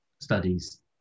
studies